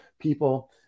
people